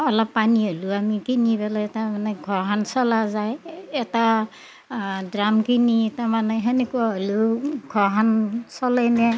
অলপ পানী হ'লিও আমি কিনি পেলে তাৰমানে ঘৰখান চলা যায় এটা ড্ৰাম কিনি তাৰমানে তেনেকুৱা হলিও ঘৰখান চলেইনে